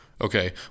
Okay